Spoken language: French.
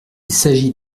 s’agit